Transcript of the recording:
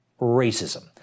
Racism